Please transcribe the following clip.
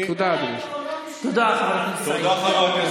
תודה, חבר הכנסת סעיד.